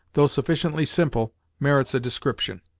though sufficiently simple, merits a description.